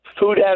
Food